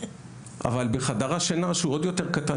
אבל בחדר השינה שהוא עוד יותר קטן,